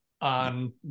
on